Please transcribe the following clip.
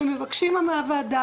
ומבקשים מהוועדה,